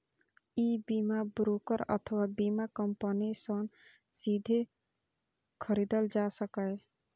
ई बीमा ब्रोकर अथवा बीमा कंपनी सं सीधे खरीदल जा सकैए